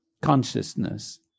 consciousness